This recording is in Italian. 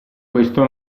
questo